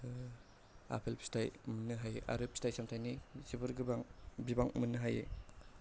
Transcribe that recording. आफेल फिथाय मोननो हायो आरो फिथाय सामथायनि जोबोर गोबां बिबां मोननो हायो